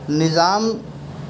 نظام